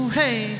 hey